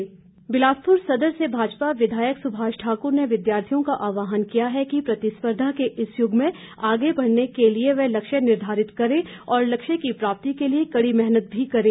सुभाष ठाकुर बिलासपुर सदर से भाजपा विधायक सुभाष ठाकुर ने विद्यार्थियों का आहवान किया है कि प्रतिस्पर्धा के इस युग में आगे बढ़ने के लिए वे लक्ष्य निर्धारित करें और लक्ष्य की प्राप्ति के लिए कड़ी मेहनत भी करें